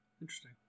Interesting